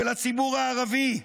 של הציבור הערבי,